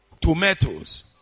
tomatoes